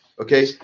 Okay